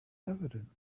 evident